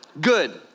Good